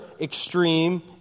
extreme